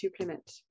supplement